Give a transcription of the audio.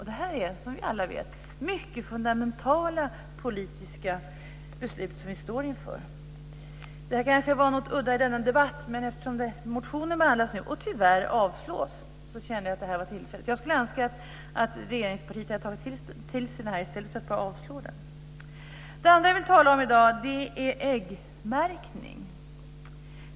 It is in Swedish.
Det här är, som vi alla vet, mycket fundamentala politiska beslut som vi står inför. Det här kanske var något udda i denna debatt, men eftersom motionen behandlas nu och tyvärr avslås kände jag att det här var ett tillfälle. Jag skulle önska att regeringspartiet hade tagit till sig det här i stället för att bara avslå motionen. Det andra som jag vill tala om i dag är äggmärkning.